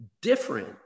different